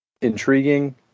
intriguing